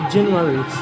January